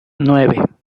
nueve